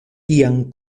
tian